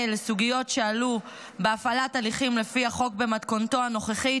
לסוגיות שעלו בהפעלת הליכים לפי החוק במתכונתו הנוכחית,